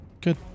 Good